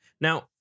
Now